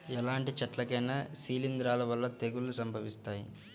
ఎలాంటి చెట్లకైనా శిలీంధ్రాల వల్ల తెగుళ్ళు సంభవిస్తాయి